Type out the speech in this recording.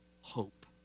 hope